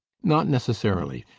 not necessarily.